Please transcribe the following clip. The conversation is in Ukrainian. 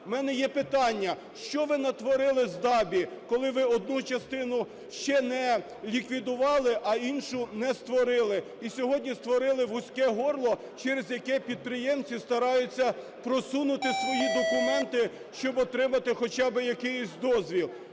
У мене є питання. Що ви натворили з ДАБІ? Коли ви одну частину ще не ліквідували, а іншу не створили, і сьогодні створили вузьке горло, через яке підприємці стараються просунути свої документи, щоб отримати хоча би якийсь дозвіл.